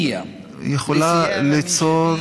יכולה ליצור